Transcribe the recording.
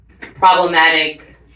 problematic